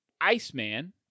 Iceman